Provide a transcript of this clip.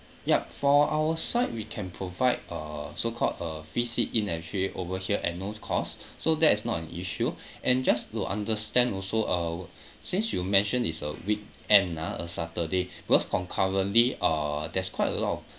yup for our side we can provide uh so called a free sit in actually over here at no cost so that is not an issue and just to understand also uh since you mentioned it's a weekend ah a saturday because concurrently uh there's quite a lot of